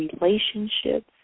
relationships